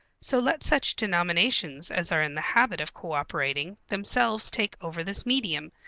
so let such denominations as are in the habit of cooperating, themselves take over this medium,